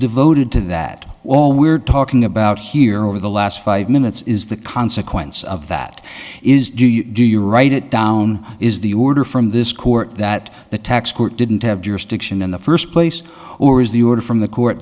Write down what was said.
devoted to that all we're talking about here over the last five minutes is the consequence of that is do you do you write it down is the order from this court that the tax court didn't have jurisdiction in the first place or is the order from the court